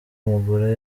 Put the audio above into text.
umugore